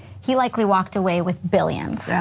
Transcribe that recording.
he likely walked away with billions. yeah